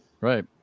Right